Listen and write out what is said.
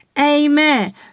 Amen